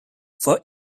for